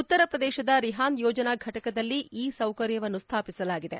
ಉತ್ತರ ಪ್ರದೇಶದ ರಿಹಾಂದ್ ಯೋಜನಾ ಘಟಕದಲ್ಲಿ ಈ ಸೌಕರ್ಯವನ್ನು ಸ್ಡಾಪಿಸಲಾಗಿದೆ